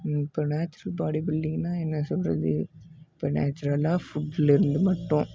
இப்போ natural body பில்டிங்னால் என்ன சொல்கிறது இப்போ நேச்சுரலாக ஃபுட்லேருந்து மட்டும்